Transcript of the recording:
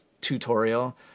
tutorial